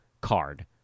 card